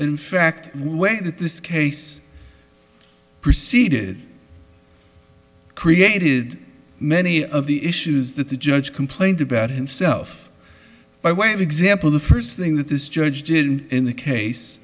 fact way that this case proceeded created many of the issues that the judge complained about himself by way of example the first thing that this judge didn't in the case